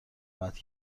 قطع